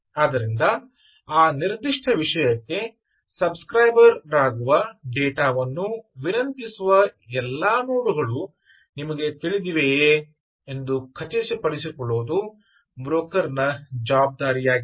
ಆದ್ದರಿಂದ ಆ ನಿರ್ದಿಷ್ಟ ವಿಷಯಕ್ಕೆ ಸಬ್ ಸ್ಕ್ರೈಬರ್ ರರಾಗುವ ಡೇಟಾ ವನ್ನು ವಿನಂತಿಸುವ ಎಲ್ಲಾ ನೋಡ್ ಗಳು ನಿಮಗೆ ತಿಳಿದಿದೆಯೆ ಎಂದು ಖಚಿತಪಡಿಸಿಕೊಳ್ಳುವುದು ಬ್ರೋಕರ್ ನ ಜವಾಬ್ದಾರಿಯಾಗಿದೆ